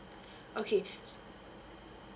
okay